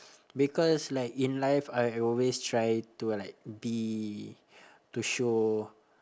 because like in life I always try to like be to show